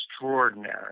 extraordinary